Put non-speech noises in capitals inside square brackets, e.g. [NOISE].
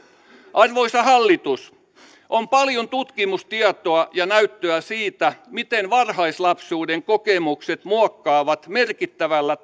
arvoisa hallitus on paljon tutkimustietoa ja näyttöä siitä miten varhaislapsuuden kokemukset muokkaavat merkittävällä [UNINTELLIGIBLE]